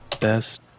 best